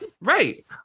right